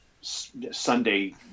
Sunday